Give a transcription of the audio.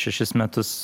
šešis metus